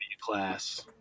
class